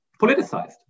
politicized